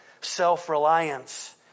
self-reliance